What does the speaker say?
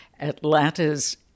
Atlanta's